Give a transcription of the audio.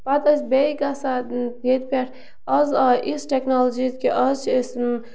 پَتہٕ ٲسۍ بیٚیہِ گژھان ییٚتہِ پٮ۪ٹھ آز آیہِ یِژھ ٹٮ۪کنالجی کہِ آز چھِ أسۍ